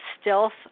stealth